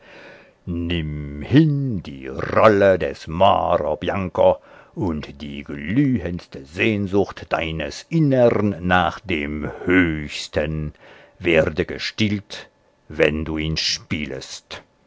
nimm hin die rolle des moro bianco und die glühendste sehnsucht deines innern nach dem höchsten werde gestillt wenn du ihn spielest